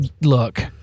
Look